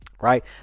Right